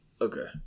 Okay